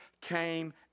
came